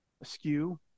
askew